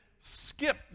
skip